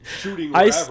shooting